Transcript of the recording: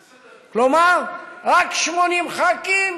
כלומר, רק 80 ח"כים